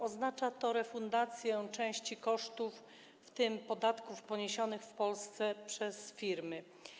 Oznacza to refundację części kosztów, w tym podatków poniesionych w Polsce przez firmy.